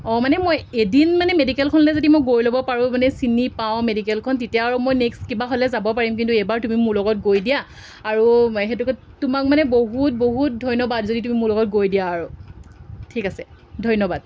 অঁ মানে মই এদিন মানে মেডিকেলখনলৈ যদি মই গৈ ল'ব পাৰোঁ মানে চিনি পাওঁ মেডিকেলখন তেতিয়া আৰু মই নেক্সট কিবা হ'লে যাব পাৰিম কিন্তু এইবাৰ তুমি মোৰ লগত গৈ দিয়া আৰু সেইটোকে তোমাক মানে বহুত বহুত ধন্যবাদ যদি তুমি মোৰ লগত গৈ দিয়া আৰু ঠিক আছে ধন্যবাদ